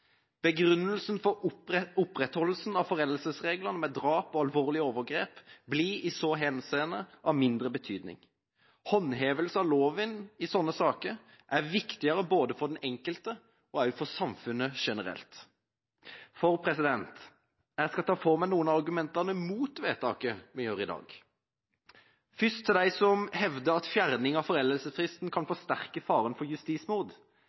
Begrunnelsen for opprettholdelsen av foreldelsesreglene ved drap og alvorlige overgrep blir i så henseende av mindre betydning. Håndhevelse av loven i slike saker er viktigere både for den enkelte og for samfunnet generelt. Jeg skal ta for meg noen av argumentene mot vedtaket vi gjør i dag. Først til dem som hevder at fjerning av foreldelsesfristen kan forsterke faren for